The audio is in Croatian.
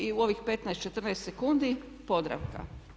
I u ovih 15, 14 sekundi Podravka.